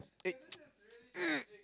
eh